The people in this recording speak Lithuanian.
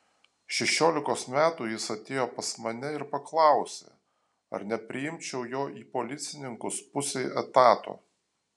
šešiolikos metų jis atėjo pas mane ir paklausė ar nepriimčiau jo į policininkus pusei etato